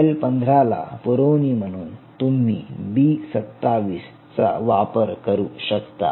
L15 ला पुरवणी म्हणून तुम्ही बी27 चा वापर करू शकता